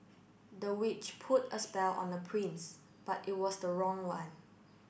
the witch put a spell on the prince but it was the wrong one